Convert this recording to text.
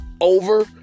Over